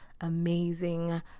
amazing